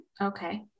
Okay